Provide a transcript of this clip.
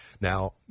Now